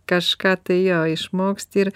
kažką tai jo išmoksti ir